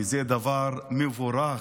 וזה דבר מבורך,